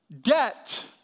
Debt